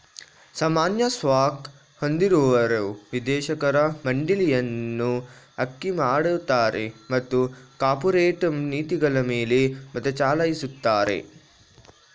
ಸಾಮಾನ್ಯ ಸ್ಟಾಕ್ ಹೊಂದಿರುವವರು ನಿರ್ದೇಶಕರ ಮಂಡಳಿಯನ್ನ ಆಯ್ಕೆಮಾಡುತ್ತಾರೆ ಮತ್ತು ಕಾರ್ಪೊರೇಟ್ ನೀತಿಗಳಮೇಲೆ ಮತಚಲಾಯಿಸುತ್ತಾರೆ